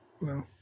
No